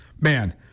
Man